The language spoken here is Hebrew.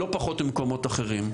לא פחות ממקומות אחרים.